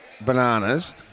bananas